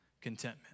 contentment